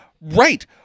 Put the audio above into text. Right